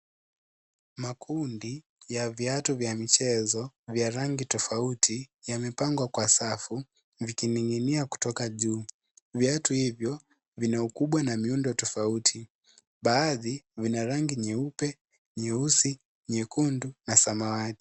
Makundi ya viatu vya michezo vya rangi tofauti yamepangwa kwa safu vikininginia kutoka juu viatu hivyo vina ukubwa na miundo tofauti baadhi vina rangi nyeupe , nyeusi ,nyekundu na samawati.